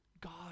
God